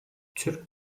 türk